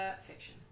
fiction